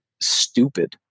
stupid